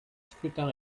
scrutin